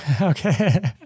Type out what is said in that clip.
okay